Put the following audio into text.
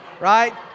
Right